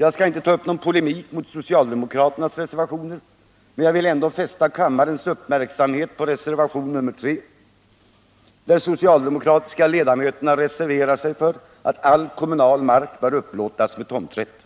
Jag skall inte ta upp någon polemik mot socialdemokraternas reservationer, men jag vill ändå fästa kammarens uppmärksamhet på reservationen 3, där de socialdemokratiska ledamöterna reserverar sig för att ”all kommunal mark bör upplåtas med tomträtt”.